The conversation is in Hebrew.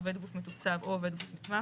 עובד גוף מתוקצב או עובד נתמך,